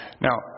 Now